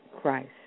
Christ